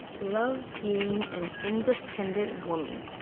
love being an independent woman.